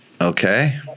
okay